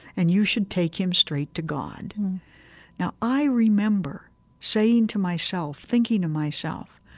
and you should take him straight to god now, i remember saying to myself, thinking to myself,